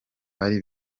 bari